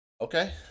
okay